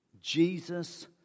Jesus